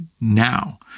now